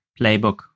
playbook